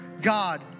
God